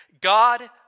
God